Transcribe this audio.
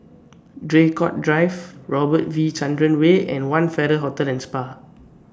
Draycott Drive Robert V Chandran Way and one Farrer Hotel and Spa